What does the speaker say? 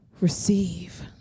Receive